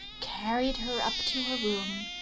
carried her up to her room,